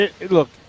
Look